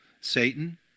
Satan